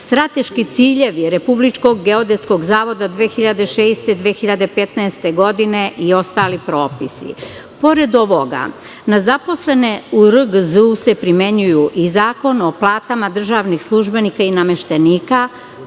strateški ciljevi RGZ 2006-20015. godine i ostali propisi. Pored ovoga, na zaposlene u RGZ se primenjuju i Zakon o platama državnih službenika i nameštenika,